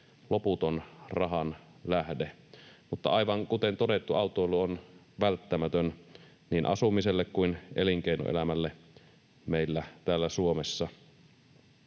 loputon rahan lähde. Mutta aivan kuten todettu, autoilu on välttämätön niin asumiselle kuin elinkeinoelämälle meillä täällä Suomessa.